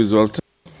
Izvolite.